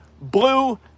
Blue